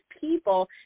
people